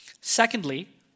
Secondly